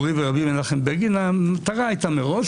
מורי ורבי מנחם בגין המטרה הייתה מראש